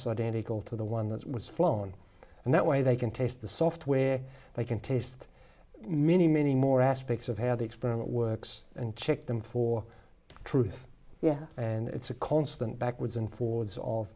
identical to the one that was flown and that way they can taste the software they can taste many many more aspects of had the experiment works and check them for truth yeah and it's a constant backwards and forwards of